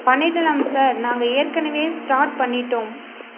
பண்ணிடலாம் சார் நாங்கள் ஏற்கனவே ஸ்டார்ட் பண்ணிட்டோம்